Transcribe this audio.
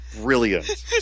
brilliant